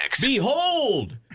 Behold